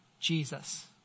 Jesus